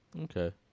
okay